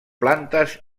plantes